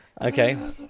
Okay